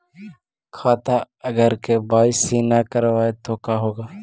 खाता अगर के.वाई.सी नही करबाए तो का होगा?